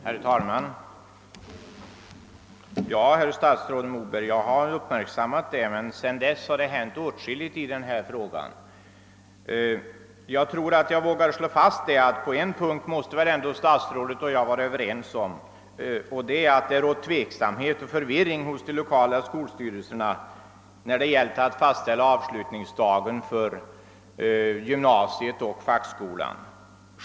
Herr talman! Jag har uppmärksammat detta, statsrådet Moberg, men sedan dess har det hänt åtskilligt i denna fråga. På en punkt måste väl statsrådet och jag vara överens, nämligen att det råder tveksamhet och förvirring hos de lokala skolstyrelserna när det gäller att fastställa avslutningsdag för gymnasiet och fackskolan.